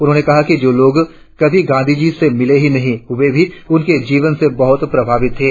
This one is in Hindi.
उन्होंने कहा कि जो लोग कभी गांधीजी से मिले भी नहीं वे भी उनके जीवन से बहुत प्रभावित थे